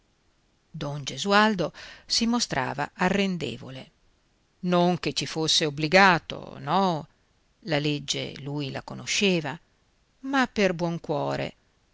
don gesualdo si mostrava arrendevole non che ci fosse obbligato no la legge lui la conosceva ma per buon cuore